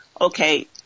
okay